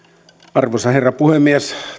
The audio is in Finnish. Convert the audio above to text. arvoisa herra puhemies